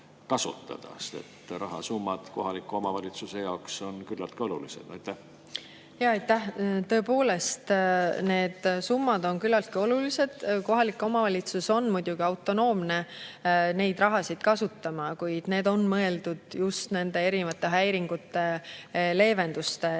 rahasummad kohaliku omavalitsuse jaoks on küllaltki olulised. Jaa, aitäh! Tõepoolest, need summad on küllaltki olulised. Kohalik omavalitsus on muidugi autonoomne seda raha kasutama, kuid see on mõeldud just erinevate häiringute, mis